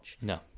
No